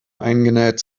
eingenäht